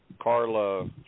Carla